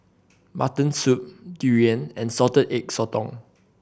mutton soup durian and Salted Egg Sotong